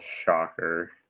shocker